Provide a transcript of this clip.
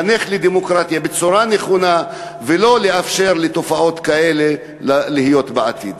לחנך לדמוקרטיה בצורה נכונה ולא לאפשר לתופעות כאלה להיות בעתיד.